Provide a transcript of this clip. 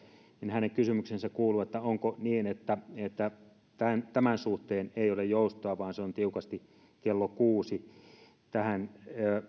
hänen kysymyksensä kuuluu onko niin että että tämän tämän suhteen ei ole joustoa vaan se on tiukasti kello kuusi tähän